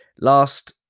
Last